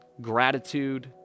gratitude